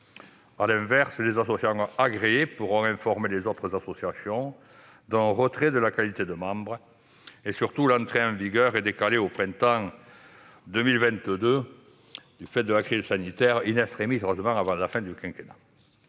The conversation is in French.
À l'inverse, les associations agréées pourront informer les autres associations d'un retrait de la qualité de membre. Surtout, l'entrée en vigueur est décalée au printemps 2022 du fait de la crise sanitaire, avant la fin du quinquennat